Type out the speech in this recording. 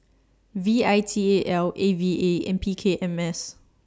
V I T A L A V A and P K M S